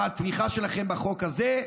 בתמיכה שלכם בחוק הזה,